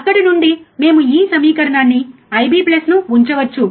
అక్కడ నుండి మేము ఈ సమీకరణాన్ని IB ను ఉంచవచ్చు